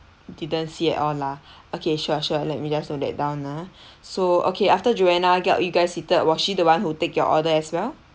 didn't see at all lah okay sure sure let me just note that down ah so okay after joanna got you guys seated was she the one who take your order as well